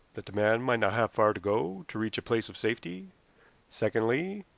that the man might not have far to go to reach a place of safety secondly,